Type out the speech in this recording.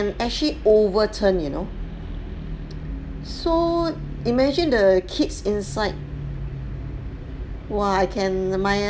actually overturn you know so imagine the kids inside !wah! I can